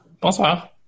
Bonsoir